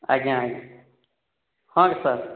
ଆଜ୍ଞା ଆଜ୍ଞା ହଁ ସାର୍